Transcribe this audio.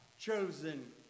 chosen